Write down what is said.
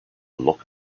lough